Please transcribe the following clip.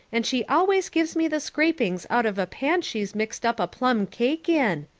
and she always gives me the scrapings out of a pan she's mixed up a plum cake in.